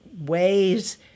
ways